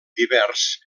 divers